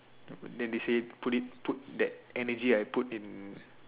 then they say put it put that energy I put in